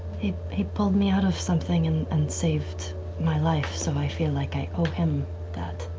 he pulled me out of something and and saved my life, so i feel like i owe him that.